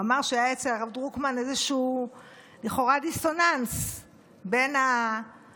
הוא אמר שהיה אצל הרב דרוקמן לכאורה דיסוננס בין הגדלות